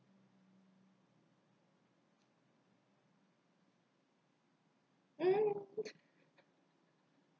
mm